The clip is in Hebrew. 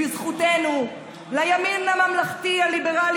בזכותנו לימין הממלכתי הליברלי,